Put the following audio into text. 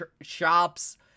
shops